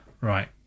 Right